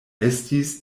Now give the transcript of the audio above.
estis